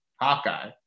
hawkeye